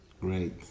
Great